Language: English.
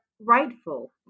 rightful